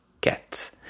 get